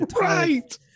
Right